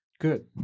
Good